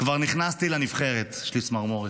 כבר נכנסתי לנבחרת, יש לי צמרמורת,